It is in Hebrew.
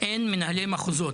אין מנהלי מחוזות,